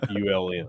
ULM